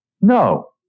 No